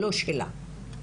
לא שלה.